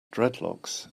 dreadlocks